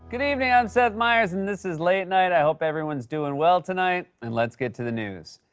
good evening. i'm seth meyers and this is late night. i hope everyone's doin' well tonight and let's get to the news.